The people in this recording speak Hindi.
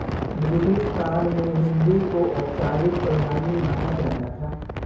ब्रिटिश काल में हुंडी को औपचारिक प्रणाली माना जाता था